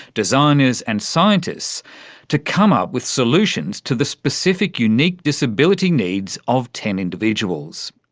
designers and scientists to come up with solutions to the specific unique disability needs of ten individuals.